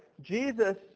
Jesus